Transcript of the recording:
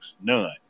none